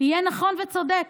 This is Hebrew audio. יהיה נכון וצודק,